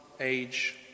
age